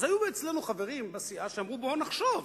היו אצלנו חברים בסיעה שאמרו: בואו נחשוב.